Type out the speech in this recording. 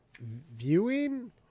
Viewing